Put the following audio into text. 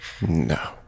No